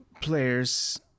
players